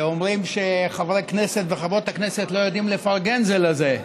אומרים שחברי הכנסת וחברות הכנסת לא יודעים לפרגן זה לזה.